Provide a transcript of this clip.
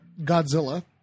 Godzilla